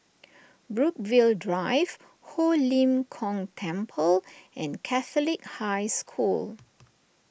Brookvale Drive Ho Lim Kong Temple and Catholic High School